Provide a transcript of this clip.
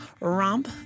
romp